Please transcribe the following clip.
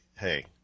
hey